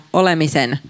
olemisen